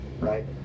right